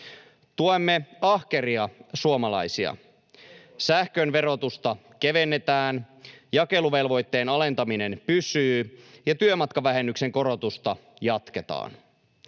Tuemme ahkeria suomalaisia: sähkön verotusta kevennetään, jakeluvelvoitteen alentaminen pysyy, ja työmatkavähennyksen korotusta jatketaan.